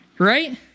right